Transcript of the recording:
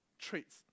traits